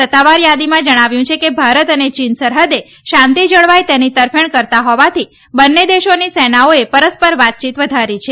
સત્તાવારથાદીમાં થાદીમાં જણાવ્યું છે કે ભારત અને ચીન સરહદે શાંતિ જળવાય તેની તરફેણ કરતા હોવાથી બંને દેશોની સેનાઓએ પરસ્પર વાતયીત વધારી છે